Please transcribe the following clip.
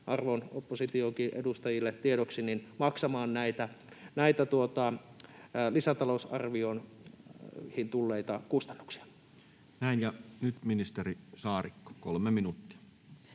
arvon oppositionkin edustajille tiedoksi — maksamaan näitä lisätalousarvioihin tulleita kustannuksia. [Speech 167] Speaker: Toinen